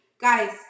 Guys